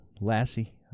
Lassie